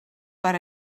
per